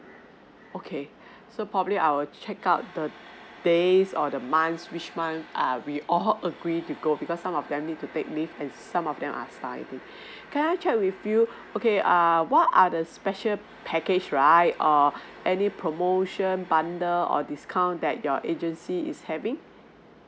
okay so probably I will check out the days or the month which month err we all agree to go because some of them need to take leave and some of them are study can I check with you okay err what are the special package right err any promotion bundle or discount that your agency is having